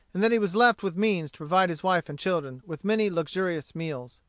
and that he was left with means to provide his wife and children with many luxurious meals.